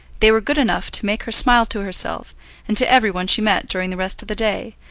they were good enough to make her smile to herself and to every one she met during the rest of the day,